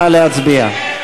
נא להצביע.